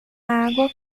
água